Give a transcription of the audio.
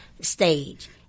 stage